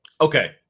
Okay